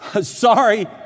Sorry